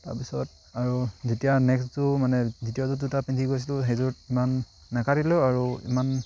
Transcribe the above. তাৰপিছত আৰু যেতিয়া নেক্সট যোৰ মানে দ্বিতীয় যোৰ জোতা পিন্ধি গৈছিলোঁ সেইযোৰত ইমান নেকাটিলেও আৰু ইমান